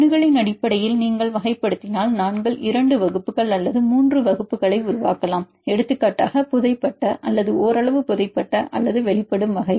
அணுகலின் அடிப்படையில் நீங்கள் வகைப்படுத்தினால் நாங்கள் 2 வகுப்புகள் அல்லது 3 வகுப்புகளை உருவாக்கலாம் எடுத்துக்காட்டாக புதைபட்ட அல்லது ஓரளவு புதைபட்ட அல்லது வெளிப்படும் வகை